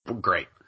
great